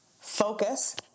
focus